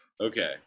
Okay